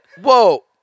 Whoa